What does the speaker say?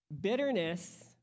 Bitterness